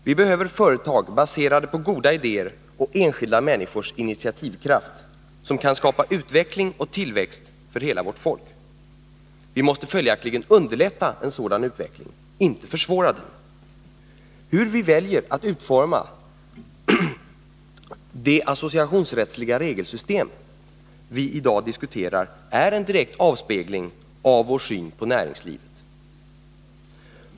Vi behöver företag, baserade på goda idéer och enskilda människors initiativkraft, som kan skapa utveckling och tillväxt för hela vårt folk. Vi måste följaktligen underlätta en sådan utveckling — inte försvåra den. Hur vi väljer att utforma de associationsrättsliga regelsystem vi i dag diskuterar är en direkt avspegling av vår syn på näringslivet.